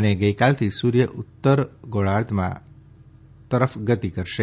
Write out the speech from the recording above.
અને ગઈકાલથી સૂર્ય ઉત્તર ગોળાર્ધમાં તરફ ગતિ કરશે